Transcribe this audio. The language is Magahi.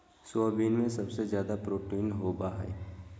सोयाबीन में सबसे ज़्यादा प्रोटीन होबा हइ